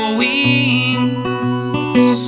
wings